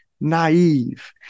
naive